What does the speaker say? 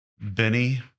Benny